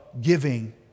giving